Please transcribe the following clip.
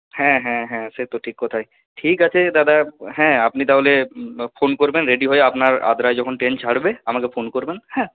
হ্যাঁ হ্যাঁ হ্যাঁ সে তো ঠিক কথাই ঠিক আছে দাদা আপনি তাহলে ফোন করবেন রেডি হয়ে আপনার আদ্রায় যখন ট্রেন ছাড়বে আমাকে ফোন করবেন হ্যাঁ